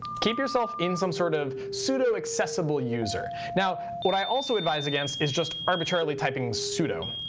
keep yourself in some sort of sudo accessible user. now, what i also advise against is just arbitrarily typing sudo.